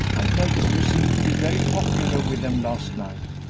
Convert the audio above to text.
i noticed you seemed to be very popular with them last night.